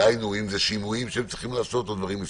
דהיינו, אם זה שימועים שהם צריכים לעשות וכיו"ב.